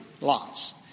lots